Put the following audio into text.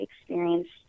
experienced